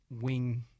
wing